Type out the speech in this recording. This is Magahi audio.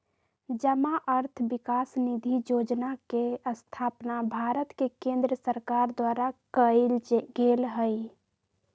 जमा अर्थ विकास निधि जोजना के स्थापना भारत के केंद्र सरकार द्वारा कएल गेल हइ